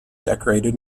decorated